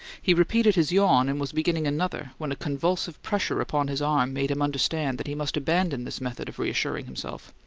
he repeated his yawn and was beginning another when a convulsive pressure upon his arm made him understand that he must abandon this method of reassuring himself.